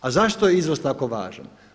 A zašto je izvoz tako važan?